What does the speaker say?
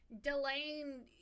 delaying